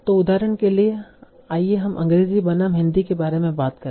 तो उदाहरण के लिए आइए हम अंग्रेजी बनाम हिंदी के बारे में बात करें